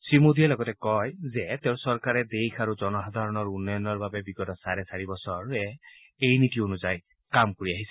শ্ৰীমোদীয়ে লগতে কয় যে তেওঁৰ চৰকাৰে দেশ আৰু জনসাধাৰণৰ উন্নয়নৰ বাবে বিগত চাৰে চাৰি বছৰে এই নীতি অনুযায়ী কাম কৰি আহিছে